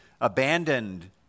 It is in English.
abandoned